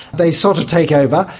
they sort of take over,